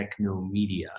TechnoMedia